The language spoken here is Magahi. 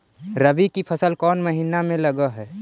रबी की फसल कोन महिना में लग है?